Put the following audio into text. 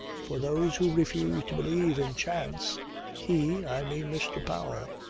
for those who refuse to believe in chance he, i mean mr. powell,